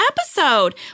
episode